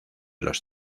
los